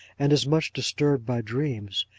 and is much disturbed by dreams,